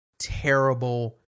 terrible